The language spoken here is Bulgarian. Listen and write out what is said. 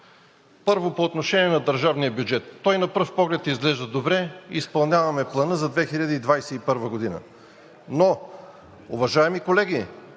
Първо, по отношение на държавния бюджет. Той на пръв поглед изглежда добре – изпълняваме плана за 2021 г. Но, уважаеми колеги,